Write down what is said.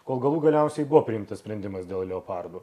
kol galų galiausiai buvo priimtas sprendimas dėl leopardų